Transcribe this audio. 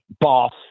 boss